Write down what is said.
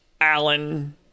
Alan